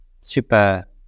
super